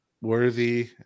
worthy